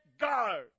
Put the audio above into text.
go